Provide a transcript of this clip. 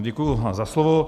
Děkuji za slovo.